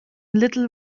little